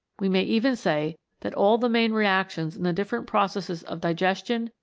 we may even say that all the main reactions in the different processes of digestion,